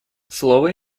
слово